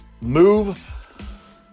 move